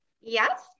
Yes